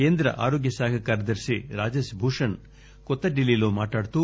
కేంద్ర ఆరోగ్య శాఖ కార్యదర్భి రాజేశ్ భూషణ్ కొత్తడిల్లీలో మాట్లాడుతూ